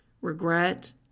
regret